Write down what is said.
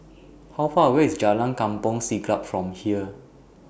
How Far away IS Jalan Kampong Siglap from here